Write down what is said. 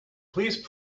please